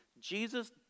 Jesus